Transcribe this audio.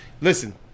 listen